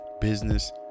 business